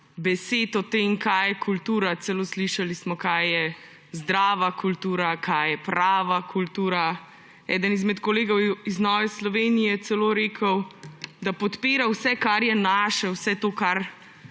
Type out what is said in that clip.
besed o tem, kaj je kultura, celo slišali smo, kaj je zdrava kultura, kaj je prava kultura. Eden izmed kolegov iz Nove Slovenije je celo rekel, da podpira vse, kar je naše, vse to, kar